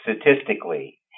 statistically